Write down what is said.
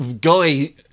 guy